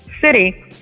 city